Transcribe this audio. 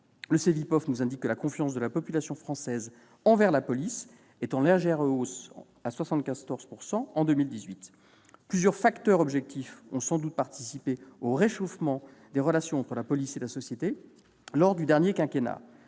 Le Cevipof nous indique que la confiance de la population française envers la police est en légère hausse et s'élève à 74 % en 2018. Plusieurs facteurs objectifs ont sans doute participé au réchauffement des relations entre la police et la société lors du dernier quinquennat